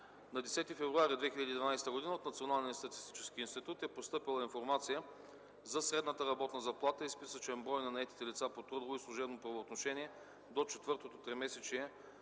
На 10 февруари 2012 г. от Националния статистически институт е постъпила информация за средната работна заплата и списъчен брой на наетите лица по трудово и служебно правоотношение до четвъртото тримесечие